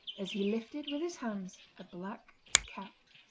as he lifted with his hands a black cap.